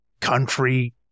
country